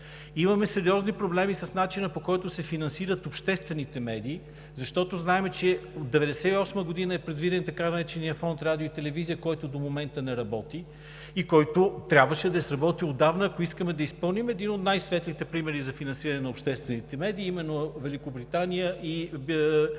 Имаме сериозни проблеми с начина, по който се финансират обществените медии, защото знаем, че от 1998 г. е предвиден така нареченият Фонд „Радио и телевизия“, който до момента не работи и който трябваше да е сработил отдавна, ако искаме да изпълним един от най-светлите примери за финансиране на обществените медии, именно Великобритания и техните